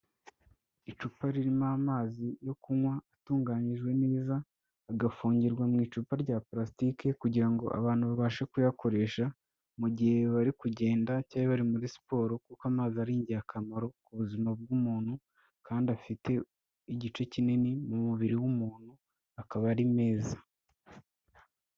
Icupa ririmo amazi yo kunywa atunganyijwe neza agafungirwa mu icupa rya palasitike kugira ngo abantu babashe kuyakoresha mu gihe bari kugenda cyangwa bari muri siporo kuko amazi ari ingirakamaro ku buzima bw'umuntu, kandi afite igice kinini mu mubiri w'umuntu akaba ari meza.